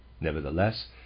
Nevertheless